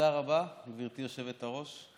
תודה רבה, גברתי היושבת-ראש.